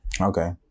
Okay